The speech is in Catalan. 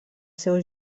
seu